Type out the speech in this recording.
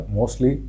Mostly